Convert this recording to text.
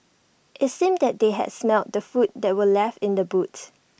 IT seemed that they had smelt the food that were left in the boot